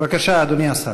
בבקשה, אדוני השר.